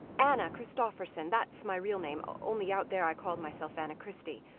anna christopherson that's my real name only out there i called myself anna christie.